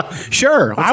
sure